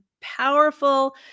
powerful